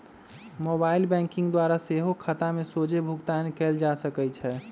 mobile banking द्वारा सेहो खता में सोझे भुगतान कयल जा सकइ छै